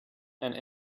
and